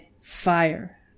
fire